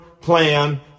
plan